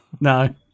No